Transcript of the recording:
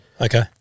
Okay